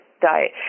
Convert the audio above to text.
Diet